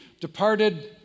departed